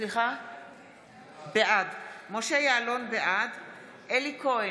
בעד אלי כהן,